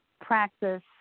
practice